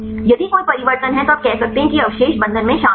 यदि कोई परिवर्तन है तो आप कह सकते हैं कि ये अवशेष बंधन में शामिल हैं